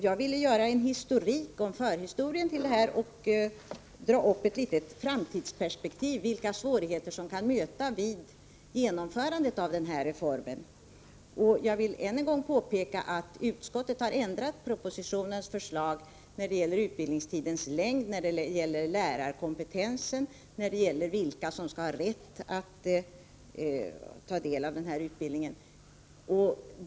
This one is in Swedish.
Jag ville beskriva förhistorien och ge ett framtidsperspektiv beträffande vilka svårigheter som kan möta vid genomförandet av denna reform. Jag vill än en gång påpeka att utskottet har ändrat propositionens förslag när det gäller utbildningstidens längd, lärarkompetensen och vilka som skall ha rätt att ta del av utbildningen.